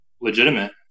legitimate